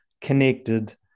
connected